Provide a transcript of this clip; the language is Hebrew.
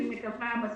אני מקווה,